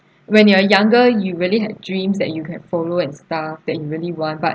when you're younger you really had dreams that you can follow and stuff that you really want but